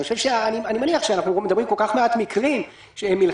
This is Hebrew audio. אני מניח שאנחנו מדברים על כל כך מעט מקרים מלכתחילה,